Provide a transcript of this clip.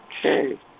Okay